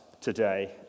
today